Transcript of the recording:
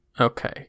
Okay